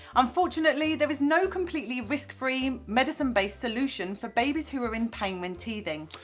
unfortunately there is no completely risk-free medicine-based solution for babies who are in pain when teething.